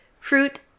fruit